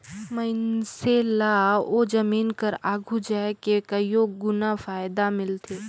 मइनसे ल ओ जमीन कर आघु जाए के कइयो गुना फएदा मिलथे